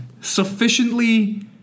sufficiently